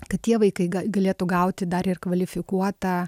kad tie vaikai galėtų gauti dar ir kvalifikuotą